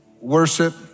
worship